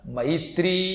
Maitri